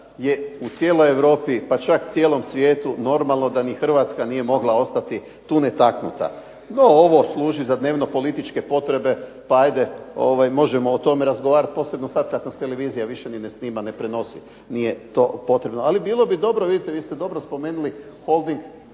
je u cijeloj Europi, pa čak cijelom svijetu, normalno da ni Hrvatska nije mogla ostati tu netaknuta. No, ovo služi za dnevno političke potrebe pa ajde možemo o tome razgovarati posebno sada kada nas televizija ne snima, ne prenosi nije to potrebno. Ali bilo bi dobro, vi ste spomenuli dobro